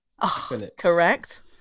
Correct